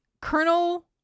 Colonel